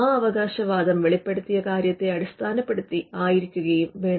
ആ അവകാശവാദം വെളിപ്പെടുത്തിയ കാര്യത്തെ അടിസ്ഥാനപ്പെടുത്തി ആയിരിക്കുകയും വേണം